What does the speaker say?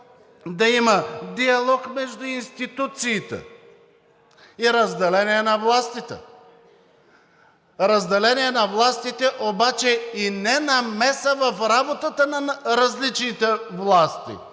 да има диалог между институциите и разделение на властите, разделение на властите обаче и ненамеса в работата на различните власти.